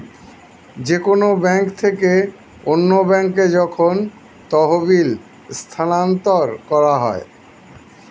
যে কোন ব্যাংক থেকে অন্য ব্যাংকে যখন তহবিল স্থানান্তর করা হয়